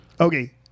Okay